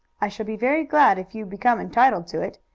i shall be very glad if you become entitled to it.